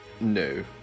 No